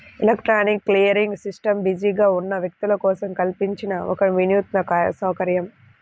electronic clearing system బిజీగా ఉన్న వ్యక్తుల కోసం కల్పించిన ఒక వినూత్న సౌకర్యం